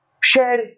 share